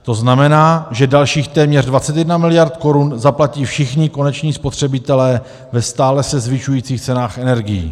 To znamená, že dalších téměř 21 mld. korun zaplatí všichni koneční spotřebitelé ve stále se zvyšujících cenách energií.